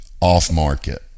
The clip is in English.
off-market